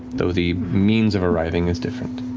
though the means of arriving is different.